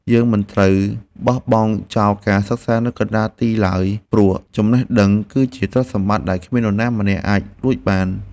យើងមិនត្រូវបោះបង់ចោលការសិក្សានៅកណ្តាលទីឡើយព្រោះចំណេះដឹង គឺជាទ្រព្យសម្បត្តិដែលគ្មាននរណាម្នាក់អាចលួចបាន។